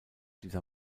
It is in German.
dieser